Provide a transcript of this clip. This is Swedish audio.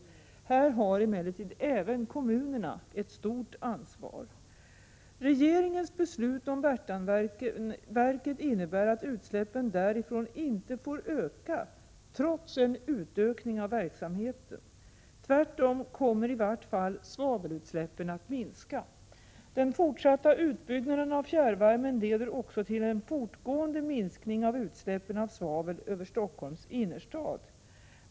Här har emellertid även kommunerna ett stort ansvar. Regeringens beslut om Värtaverket innebär att utsläppen därifrån inte får öka trots en utökning av verksamheten. Tvärtom kommer i vart fall svavelutsläppen att minska. Den fortsatta utbyggnaden av fjärrvärmen leder också till en fortgående minskning av utsläppen av svavel över Stockholms innerstad.